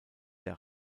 der